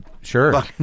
sure